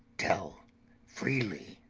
tell freely!